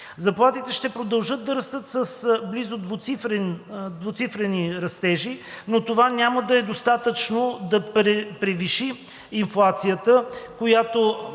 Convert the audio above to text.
Заплатите ще продължат да растат с близо двуцифрени растежи, но това няма да е достатъчно да превиши инфлацията, която